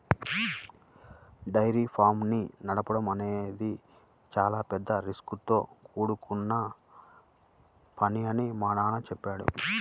dairy farms ని నడపడం అనేది చాలా పెద్ద రిస్కుతో కూడుకొన్న పని అని మా నాన్న చెప్పాడు